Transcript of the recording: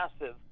massive